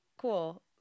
Cool